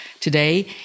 today